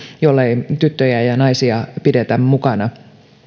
jollei tyttöjä ja ja naisia pidetä mukana